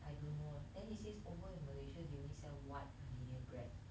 I don't know then he says over in malaysia they only sell white Gardenia bread